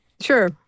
sure